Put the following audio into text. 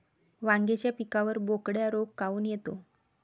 वांग्याच्या पिकावर बोकड्या रोग काऊन येतो?